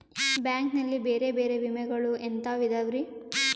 Bank ನಲ್ಲಿ ಬೇರೆ ಬೇರೆ ವಿಮೆಗಳು ಎಂತವ್ ಇದವ್ರಿ?